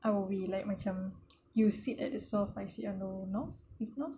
I will be like macam you sit at the sofa I sit alone no if no